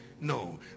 No